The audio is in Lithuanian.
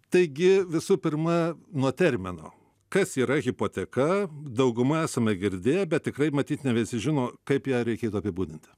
taigi visų pirma nuo termino kas yra hipoteka dauguma esame girdėję bet tikrai matyt ne visi žino kaip ją reikėtų apibūdinti